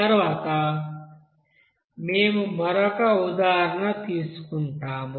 తరువాత మేము మరొక ఉదాహరణ తీసుకుంటాము